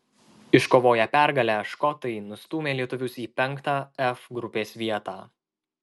iškovoję pergalę škotai nustūmė lietuvius į penktą f grupės vietą